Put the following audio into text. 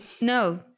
No